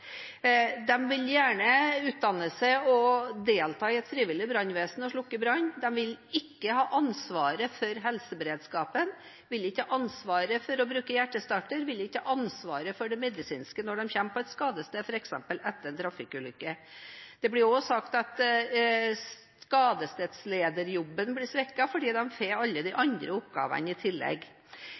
vil gjerne utdanne seg og delta i et frivillig brannvesen og slukke brann. De vil ikke ha ansvaret for helseberedskapen, vil ikke ha ansvaret for å bruke hjertestarter, vil ikke ha ansvaret for det medisinske når de kommer på et skadested, f.eks. etter en trafikkulykke. Det blir også sagt at skadestedslederjobben blir svekket fordi de får alle de andre oppgavene i tillegg.